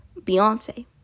Beyonce